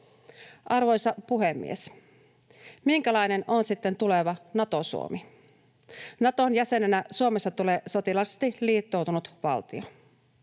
Arvoisa puhemies! Minkälainen sitten on tuleva Nato-Suomi? Naton jäsenenä Suomesta tulee sotilaallisesti liittoutunut valtio.